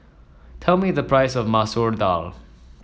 tell me the price of Masoor Dal